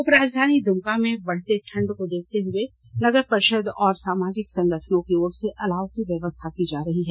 उपराजधानी दुमका में बढ़ते ठंड को देखते हुए नगर परिषद और सामाजिक संगठनों की ओर से अलाव की व्यस्था की जा रही है